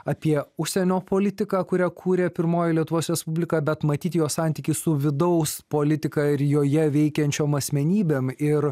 apie užsienio politiką kurią kūrė pirmoji lietuvos respublika bet matyt jo santykis su vidaus politika ir joje veikiančiom asmenybėm ir